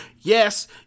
Yes